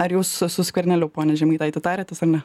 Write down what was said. ar jūs su su skverneliu pone žemaitaiti tarėtės ar ne